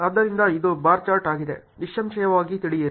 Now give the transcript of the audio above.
ಆದ್ದರಿಂದ ಇದು bar chart ಆಗಿದೆ ನಿಸ್ಸಂಶಯವಾಗಿ ತಿಳಿಯಿರಿ